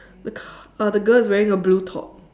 the c~ uh the girl is wearing a blue top